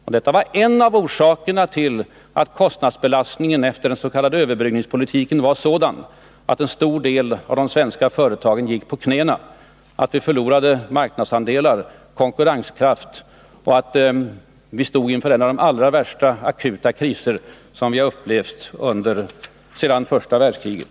Och detta var en av orsakerna till att kostnadsbelastningen efter den s.k. överbryggningspolitiken var sådan att en stor del av de svenska företagen gick på knäna, att vi förlorade marknadsandelar och konkurrenskraft och att vi stod inför en av de allra värsta akuta kriser som vi upplevt sedan första världskriget.